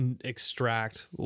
extract